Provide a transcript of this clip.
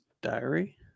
Diary